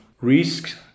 risks